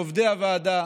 לעובדי הוועדה,